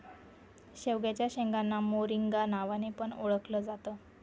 शेवग्याच्या शेंगांना मोरिंगा नावाने पण ओळखल जात